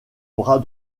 bras